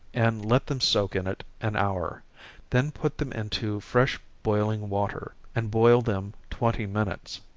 and let them soak in it an hour then put them into fresh boiling water, and boil them twenty minutes.